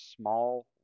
small